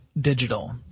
digital